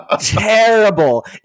Terrible